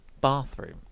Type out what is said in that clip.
bathroom